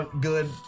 good